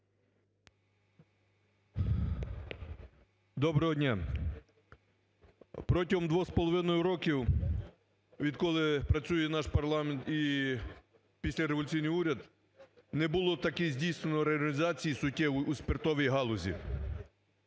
Доброго дня. Протягом двох з половиною років, відколи працює наш парламент і післяреволюційний уряд, не було такі здійснено реорганізації суттєвої у спиртовій галузі.